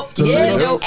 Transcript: Toledo